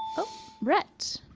oh, rhett.